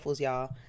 y'all